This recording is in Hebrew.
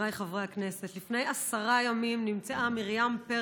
חבריי חברי הכנסת, לפני עשרה ימים נמצאה מרים פרץ,